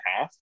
half